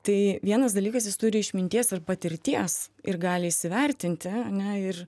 tai vienas dalykas jis turi išminties ir patirties ir gali įsivertinti ane ir